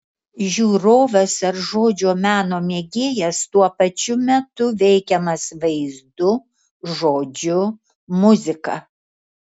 žiūrovas ar žodžio meno mėgėjas tuo pačiu metu veikiamas vaizdu žodžiu muzika